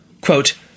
Quote